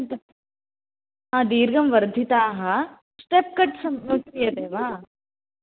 दीर्घं वर्धिताः step cut सम्भवति